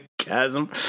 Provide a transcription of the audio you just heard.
chasm